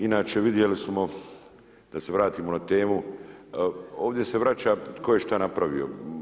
Inače, vidjeli smo, da se vratimo na temu, ovdje se vraća tko je što napravio.